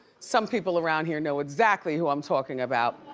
some people around here know exactly who i'm talking about.